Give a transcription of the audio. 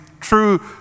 true